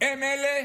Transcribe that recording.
הם אלה